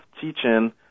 teaching